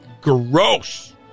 gross